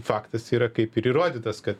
faktas yra kaip ir įrodytas kad